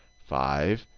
five,